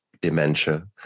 dementia